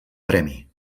premi